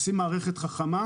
עושים מערכת חכמה,